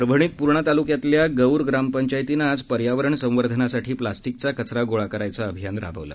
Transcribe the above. परभणीत पूर्णा तालुक्यातल्या गौर ग्रामपंचायतीनं आज पर्यावरण संवर्धनासाठी प्लास्टीकचा कचरा गोळा करायचं अभियान राबवलं